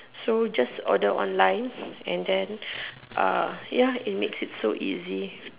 so just order online and then uh ya it makes it so easy